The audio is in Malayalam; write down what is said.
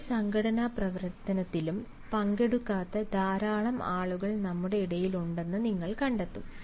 ഒരു സംഘടനാ പ്രവർത്തനത്തിലും പങ്കെടുക്കാത്ത ധാരാളം ആളുകൾ നമ്മുടെ ഇടയിൽ ഉണ്ടെന്ന് നിങ്ങൾ കണ്ടെത്തും